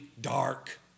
dark